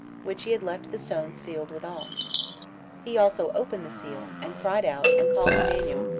which he had left the stone sealed withal he also opened the seal, and cried out, and called to daniel,